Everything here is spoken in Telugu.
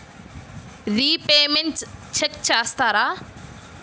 రిపేమెంట్స్ చెక్ చేస్తారా?